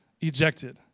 ejected